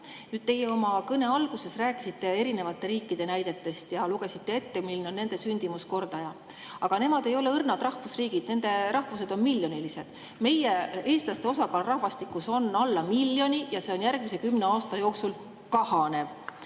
Te oma kõne alguses rääkisite erinevate riikide näidetest ja lugesite ette, milline on nende sündimuskordaja. Aga nemad ei ole õrnad rahvusriigid, nende rahvused on miljonilised. Meie, eestlaste osakaal rahvastikus on alla miljoni ja see on järgmise kümne aasta jooksul kahanev.